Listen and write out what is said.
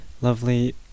Lovely